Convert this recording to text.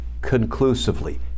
conclusively